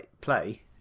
play